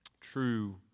true